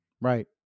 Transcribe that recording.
right